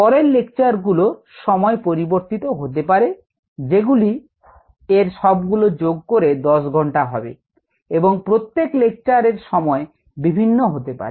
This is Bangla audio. পরের লেকচারগুলো সময় পরিবর্তিত হতে পারে যেগুলি এর সবগুলো যোগ হয়ে 10 ঘণ্টা হবে এবং প্রত্যেক লেকচারের সময় বিভিন্ন হতে পারে